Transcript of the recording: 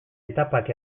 etapak